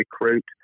recruit